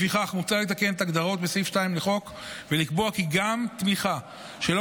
לפיכך מוצע לתקן את ההגדרות בסעיף 2 לחוק ולקבוע כי גם תמיכה שלא